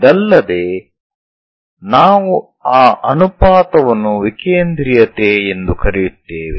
ಇದಲ್ಲದೆ ನಾವು ಆ ಅನುಪಾತವನ್ನು ವಿಕೇಂದ್ರೀಯತೆ ಎಂದು ಕರೆಯುತ್ತೇವೆ